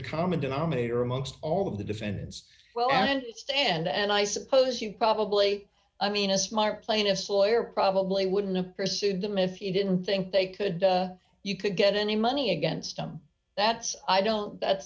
common denominator amongst all of the defendants well and stand and i suppose you probably i mean a smart plaintiff's lawyer probably wouldn't a pursued them if you didn't think they could you could get any money against them that's i don't that's